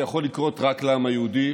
זה יכול לקרות רק לעם היהודי,